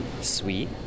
sweet